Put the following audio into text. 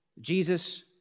Jesus